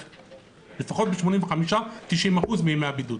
לפחות ב-85% 90% מימי הבידוד.